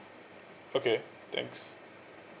okay thanks